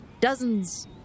dozens